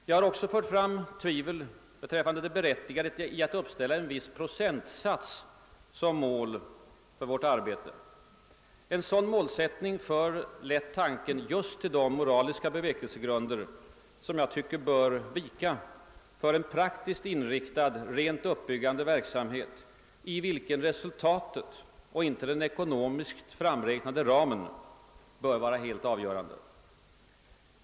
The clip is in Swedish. Jag har också fört fram tvivel beträffande det berättigade i att uppställa en viss procentsats som mål för vårt arbete. En sådan målsättning för lätt tanken: just till de moraliska bevekelsegrunder, som jag tycker bör vika för en praktiskt inriktad, rent uppbyggande verksamhet, i vilken resultatet och inte den ekonomiskt framräknade ramen bör vara helt avgörande.